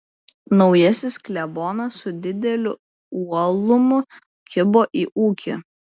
naujasis klebonas su dideliu uolumu kibo į ūkį